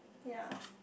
ye